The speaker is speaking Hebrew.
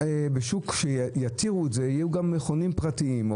בשוק שיתירו את זה יהיו גם מכונים פרטיים או